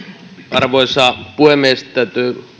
arvoisa puhemies täytyy